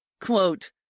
quote